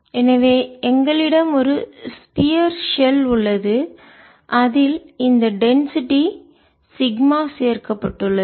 எனவே எங்களிடம் ஒரு ஸ்பியர் கோளம் ஷெல் உள்ளது அதில் இந்த டென்சிட்டி அடர்த்தி சிக்மா சேர்க்கப்பட்டுள்ளது